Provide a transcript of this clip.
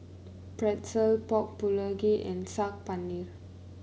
Pretzel Pork Bulgogi and Saag Paneer